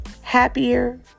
happier